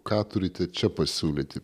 ką turite čia pasiūlyti